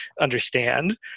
understand